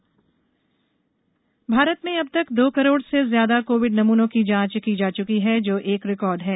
Covid नमूने भारत में अब तक दो करोड़ से ज्यादा कोविड नमूनों की जांच की जा चुकी है जो एक रिकॉर्ड है